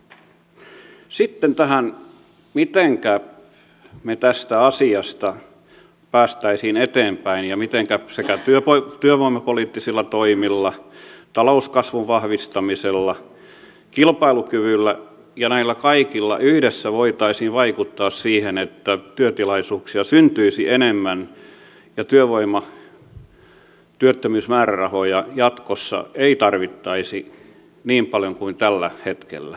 sitten tähän mitenkä me tästä asiasta pääsisimme eteenpäin ja mitenkä sekä työvoimapoliittisilla toimilla talouskasvun vahvistamisella kilpailukyvyllä ja näillä kaikilla yhdessä voitaisiin vaikuttaa siihen että työtilaisuuksia syntyisi enemmän ja työttömyysmäärärahoja jatkossa ei tarvittaisi niin paljon kuin tällä hetkellä